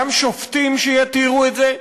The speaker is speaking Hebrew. גם שופטים שיתירו את זה.